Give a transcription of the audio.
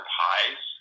highs